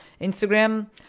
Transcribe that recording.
Instagram